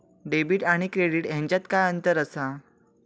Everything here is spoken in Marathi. डेबिट आणि क्रेडिट ह्याच्यात काय अंतर असा?